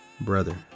Brother